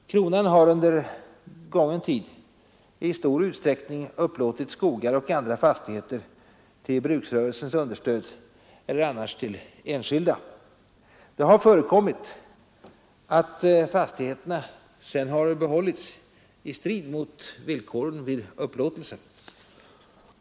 Kronan har sålunda under gången tid i stor utsträckning upplåtit skogar och andra fastigheter till bruksrörelsens understöd eller eljest åt enskilda. Det har förekommit att fastigheterna sedermera behållits i strid mot upplåtelsevillkoren.